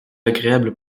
agréable